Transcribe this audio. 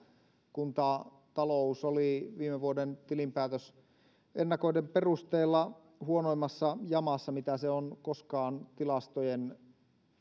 kuntatalous oli viime vuoden tilinpäätösennakoiden perusteella huonommassa jamassa kuin mitä se on koskaan